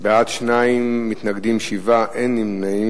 בעד, 2, מתנגדים, 7, אין נמנעים.